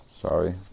Sorry